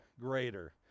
greater